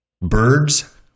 Birds